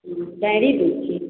ओ dairy दूध छी